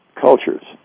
cultures